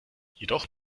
jedoch